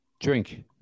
Drink